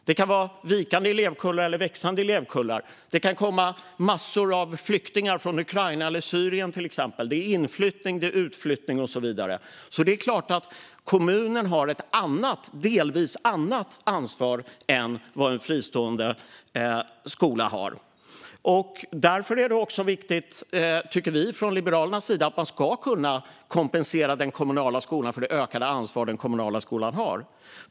Det kan vara vikande elevkullar eller växande elevkullar. Det kan till exempel komma massor av flyktingar från Ukraina eller Syrien, det är inflyttning och utflyttning och så vidare, så det är klart att kommunen har ett delvis annat ansvar än vad en fristående skola har. Därför är det viktigt, tycker vi från Liberalernas sida, att man ska kunna kompensera den kommunala skolan för det ökade ansvar som den kommunala skolan har.